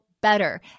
better